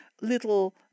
little